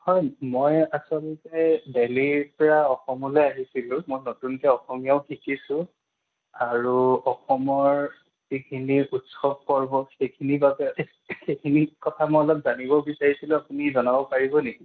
হয় মই আচলতে দিল্লীৰ পৰা অসমলৈ আহিছিলোঁ মই নতুনকৈ অসমীয়াও শিকিছোঁ আৰু অসমৰ যিখিনি উৎসৱ পৰ্ব সেইখিনিৰ বাবে সেইখিনি কথা মই অলপ জানিব বিচাৰিছিলোঁ আপুনি জনাব পাৰিব নেকি